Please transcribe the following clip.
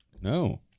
no